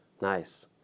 Nice